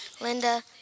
Linda